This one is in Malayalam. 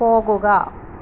പോകുക